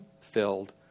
filled